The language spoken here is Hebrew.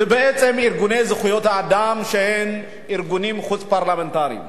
ובעצם ארגוני זכויות האדם שהם ארגונים חוץ-פרלמנטריים,